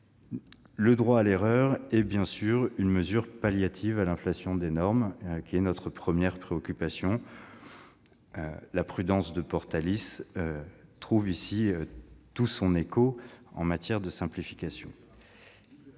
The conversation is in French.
Le droit à l'erreur est, bien sûr, une mesure palliative à l'inflation des normes, qui est notre première préoccupation. La prudence de Portalis trouve tout son écho s'agissant de simplification.